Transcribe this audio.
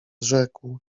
rzekł